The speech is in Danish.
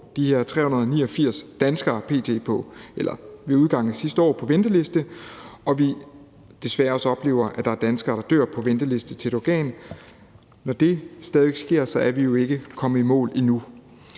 de her 389 danskere på venteliste, og når vi desværre også oplever, at der er danskere, der dør, mens de står på en venteliste til et organ. Når det stadig væk sker, er vi jo ikke kommet i mål endnu.